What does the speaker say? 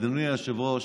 אדוני היושב-ראש,